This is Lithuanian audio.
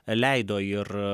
leido ir